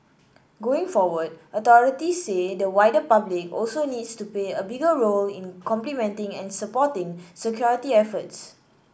going forward authorities say the wider public also needs to play a bigger role in complementing and supporting security efforts